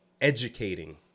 educating